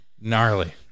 gnarly